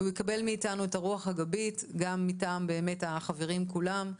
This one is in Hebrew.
והוא יקבל מאיתנו את הרוח הגבית גם מטעם החברים כולם,